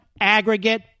aggregate